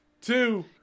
two